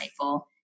Insightful